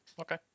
Okay